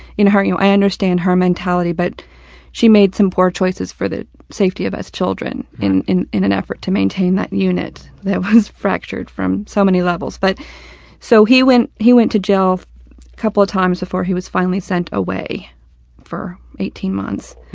in her view you know i understand her mentality, but she made some poor choices for the safety of us children in in an effort to maintain that unit that was fractured from so many levels. but so he went he went to jail a couple of times before he was finally sent away for eighteen months.